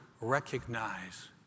recognize